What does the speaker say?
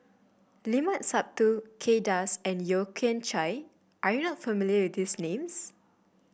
Limat Sabtu Kay Das and Yeo Kian Chye are you not familiar with these names